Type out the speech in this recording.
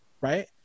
right